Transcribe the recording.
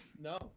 No